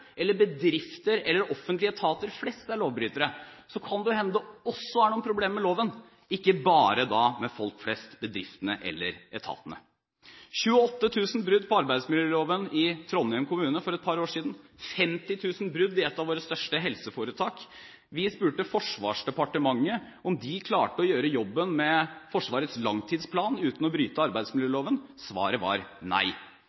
eller bedrifter eller offentlige etater flest er lovbrytere – kan det hende at det også er noen problemer med loven, ikke bare med folk flest, bedriftene eller etatene. 28 000 brudd på arbeidsmiljøloven i Trondheim kommune for et par år siden, 50 000 brudd i et av våre største helseforetak. Vi spurte Forsvarsdepartementet om de klarte å gjøre jobben med Forsvarets langtidsplan uten å bryte arbeidsmiljøloven. Svaret var nei.